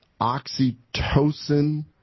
oxytocin